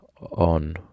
on